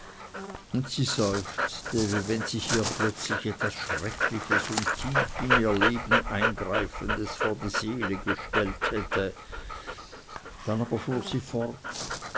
und sie seufzte wie wenn sich ihr plötzlich etwas schreckliches und tief in ihr leben eingreifendes vor die seele gestellt hätte dann aber fuhr sie fort